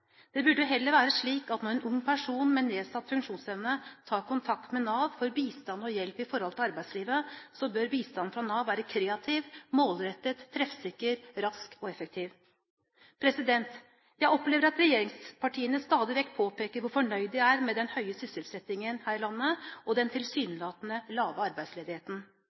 Det burde jo heller være slik at når en ung person med nedsatt funksjonsevne tar kontakt med Nav for bistand og hjelp i forhold til arbeidslivet, så bør bistanden fra Nav være kreativ, målrettet, treffsikker, rask og effektiv. Jeg opplever at regjeringspartiene stadig vekk påpeker hvor fornøyd de er med den høye sysselsettingen her i landet og den tilsynelatende lave arbeidsledigheten.